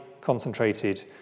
concentrated